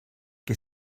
qui